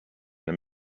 them